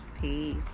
Peace